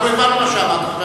אנחנו הבנו מה שאמרת.